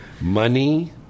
money